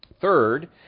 Third